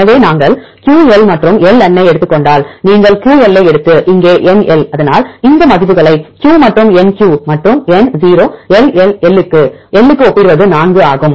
எனவே நாங்கள் QL மற்றும் LN ஐ எடுத்துக் கொண்டால் நீங்கள் QL ஐ எடுத்து இங்கே NL அதனால் இந்த மதிப்புகளை Q மற்றும் NQ மற்றும் N0 L L L க்கு L க்கு ஒப்பிடுவது 4 ஆகும்